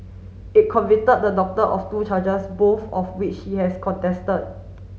it convicted the doctor of two charges both of which he has contested